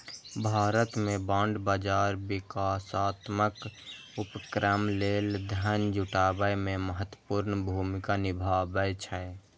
भारत मे बांड बाजार विकासात्मक उपक्रम लेल धन जुटाबै मे महत्वपूर्ण भूमिका निभाबै छै